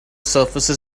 surfaces